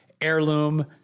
heirloom